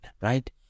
right